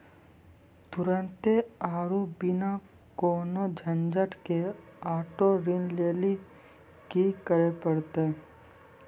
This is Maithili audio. तुरन्ते आरु बिना कोनो झंझट के आटो ऋण लेली कि करै पड़तै?